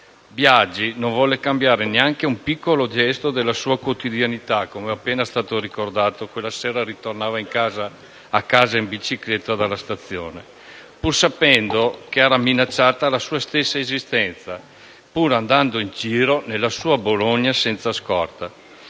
Biagi non volle cambiare neanche un piccolo gesto della sua quotidianità (è appena stato ricordato che quella sera tornava a casa dalla stazione in bicicletta), pur sapendo che era minacciata la sua stessa esistenza, andando in giro nella sua Bologna senza scorta.